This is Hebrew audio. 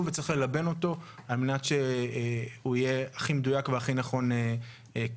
וצריך ללבן אותו על מנת שהוא יהיה הכי מדויק ונכון כחוק.